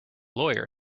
lawyer